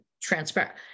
transparent